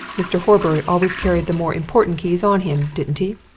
mr. horbury always carried the more important keys on him, didn't he?